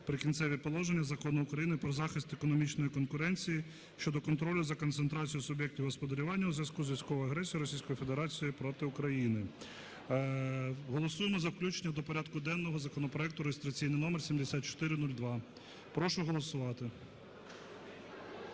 "Прикінцеві положення" Закону України "Про захист економічної конкуренції" (щодо контролю за концентрацією суб’єктів господарювання у зв'язку з військовою агресією Російської Федерації проти України). Голосуємо за включення до порядку денного законопроекту (реєстраційний номер 7402). Прошу голосувати.